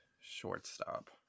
shortstop